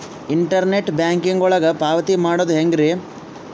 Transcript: Internet banking ಒಳಗ ಪಾವತಿ ಮಾಡೋದು ಹೆಂಗ್ರಿ?